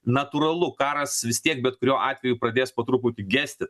natūralu karas vis tiek bet kuriuo atveju pradės po truputį gesti